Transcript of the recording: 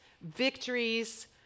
victories